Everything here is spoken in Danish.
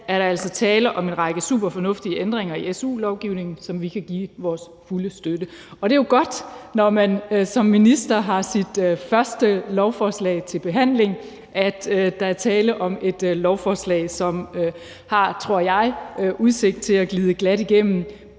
er der altså tale om en række superfornuftige ændringer i su-lovgivningen, som vi kan give vores fulde støtte, og det er jo godt, når man som minister har sit første lovforslag til behandling, at der er tale om et lovforslag, som har, tror jeg, udsigt til at glide glat igennem,